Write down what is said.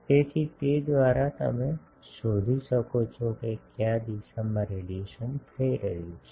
તેથી તે દ્વારા તમે શોધી શકો છો કે કયા દિશામાં રેડિયેશન થઈ રહ્યું છે